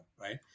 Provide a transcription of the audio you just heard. right